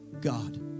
God